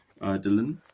Dylan